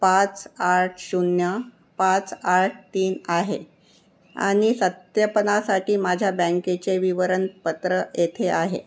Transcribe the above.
पाच आठ शून्य पाच आठ तीन आहे आणि सत्यापनासाठी माझ्या बँकेचे विवरणपत्र येथे आहे